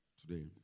today